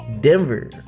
Denver